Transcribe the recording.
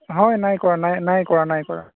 হয় নাই কৰা নাই নাই কৰা নাই কৰা